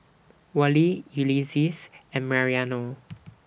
Wally Ulises and Mariano